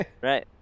Right